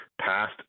past